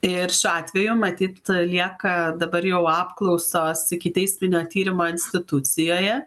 ir šiuo atveju matyt lieka dabar jau apklausos ikiteisminio tyrimo institucijoje